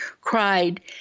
cried